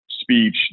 speech